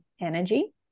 energy